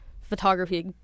photography